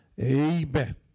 Amen